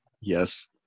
Yes